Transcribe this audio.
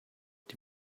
die